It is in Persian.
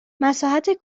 مساحت